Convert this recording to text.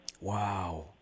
Wow